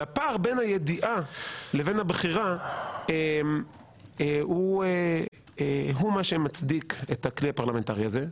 והפער בין הידיעה לבין הבחירה הוא מה שמצדיק את הכלי הפרלמנטרי הזה,